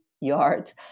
yards